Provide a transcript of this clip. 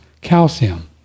calcium